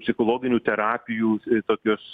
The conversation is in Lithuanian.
psichologinių terapijų tokios